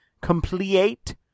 complete